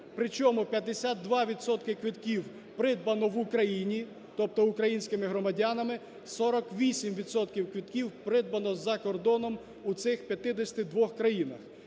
Причому, 52 відсотки квитків придбано в Україні, тобто українськими громадянами, 48 відсотків квитків придбано за кордоном у цих 52 країнах.